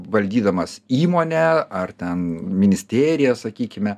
valdydamas įmonę ar ten ministeriją sakykime